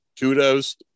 Kudos